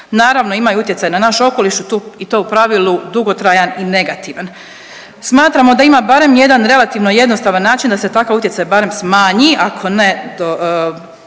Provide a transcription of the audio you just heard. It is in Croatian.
naravno, imaju utjecaj na naš okoliš i to u pravilu dugotrajan i negativan. Smatramo da ima barem jedan relativno jednostavan način da se takav utjecaj barem smanji, ako ne